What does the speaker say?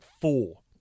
four